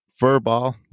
Furball